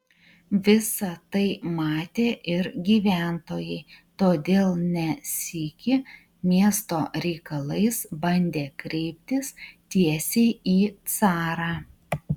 visa tai matė ir gyventojai todėl ne sykį miesto reikalais bandė kreiptis tiesiai į carą